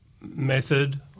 method